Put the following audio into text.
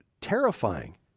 terrifying